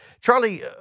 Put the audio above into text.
Charlie